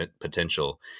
potential